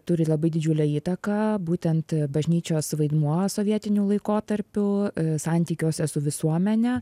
turi labai didžiulę įtaką būtent bažnyčios vaidmuo sovietiniu laikotarpiu santykiuose su visuomene